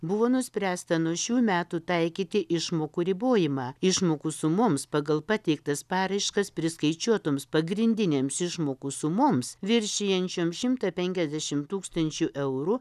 buvo nuspręsta nuo šių metų taikyti išmokų ribojimą išmokų sumoms pagal pateiktas paraiškas priskaičiuotoms pagrindinėms išmokų sumoms viršijančioms šimtą penkiasdešimt tūkstančių eurų